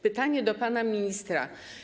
Pytanie do pana ministra.